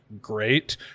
great